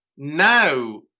Now